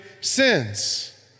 sins